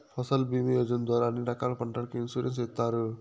ఫసల్ భీమా యోజన ద్వారా అన్ని రకాల పంటలకు ఇన్సురెన్సు ఇత్తారు